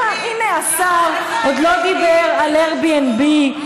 השר עוד לא דיבר על Airbnb,